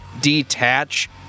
detach